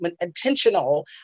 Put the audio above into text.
intentional